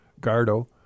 Gardo